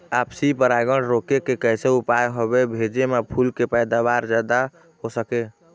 आपसी परागण रोके के कैसे उपाय हवे भेजे मा फूल के पैदावार जादा हों सके?